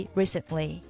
recently